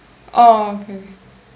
oh okay okay